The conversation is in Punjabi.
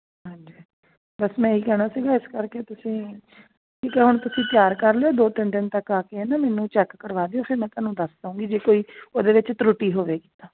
ਹਾਂਜੀ ਬਸ ਮੈਂ ਇਹੀ ਕਹਿਣਾ ਸੀਗਾ ਇਸ ਕਰਕੇ ਤੁਸੀਂ ਠੀਕ ਆ ਹੁਣ ਤੁਸੀਂ ਤਿਆਰ ਕਰ ਲਿਓ ਦੋ ਤਿੰਨ ਦਿਨ ਤੱਕ ਆ ਕੇ ਨਾ ਮੈਨੂੰ ਚੈੱਕ ਕਰਵਾ ਦਿਓ ਫਿਰ ਮੈਂ ਤੁਹਾਨੂੰ ਦੱਸ ਦਵਾਂਗੀ ਜੇ ਕੋਈ ਉਹਦੇ ਵਿੱਚ ਤਰੁਟੀ ਹੋਵੇਗੀ ਤਾਂ